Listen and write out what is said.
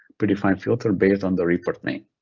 predefined filter based on the report name.